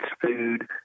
food